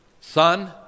son